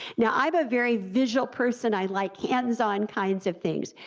now, i'm a very visual person, i like hands on kinds of things,